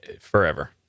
forever